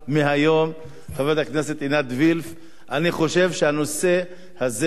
אני חושב שהנושא הזה חייב לקבל אצלך בוועדת החינוך,